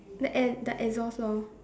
the air the exhaust lor